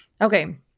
Okay